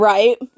Right